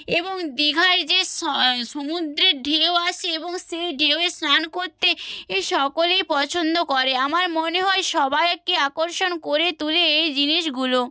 এবং দীঘায় যে স সমুদ্রের ঢেউ আসে এবং সে ঢেউয়ে স্নান করতে এ সকলেই পছন্দ করে আমার মনে হয় সবাইকে আকর্ষণ করে তোলে এই জিনিসগুলো